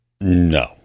No